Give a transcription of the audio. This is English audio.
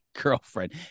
Girlfriend